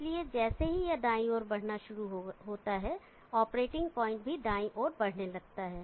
इसलिए जैसे ही यह दाईं ओर बढ़ना शुरू होता है ऑपरेटिंग पॉइंट भी दाईं ओर बढ़ने लगता है